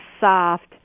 soft